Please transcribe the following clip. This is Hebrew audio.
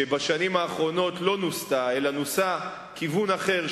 שבשנים האחרונות לא נוסתה אלא נוסה כיוון אחר,